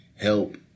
help